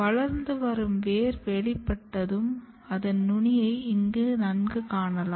வளர்ந்து வரும் வேர் வெளிப்பட்டதும் அதன் நுனியை இங்கு நங்கு காணலாம்